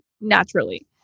naturally